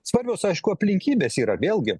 svarbios aišku aplinkybės yra vėlgi